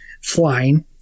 flying